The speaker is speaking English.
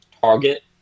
target